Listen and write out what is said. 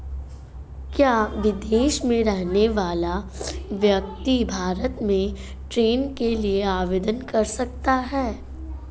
क्या विदेश में रहने वाला व्यक्ति भारत में ऋण के लिए आवेदन कर सकता है?